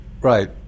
Right